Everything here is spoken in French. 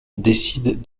décide